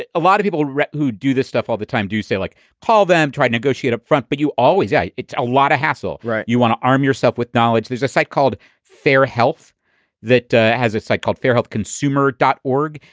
a a lot of people who do this stuff all the time do say like paul them try negotiate up front. but you always say it's a lot of hassle, right. you want to arm yourself with knowledge. there's a site called fair health that has a site called fairhope consumer dot org.